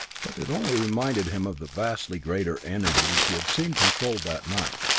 but it only reminded him of the vastly greater energies he had seen controlled that night.